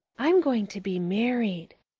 i'm going to be married.